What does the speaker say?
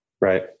Right